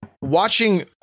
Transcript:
watching